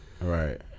Right